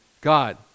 God